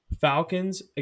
Falcons